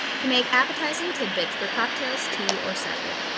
to make appetizing tidbits for cocktails, tea, or cider.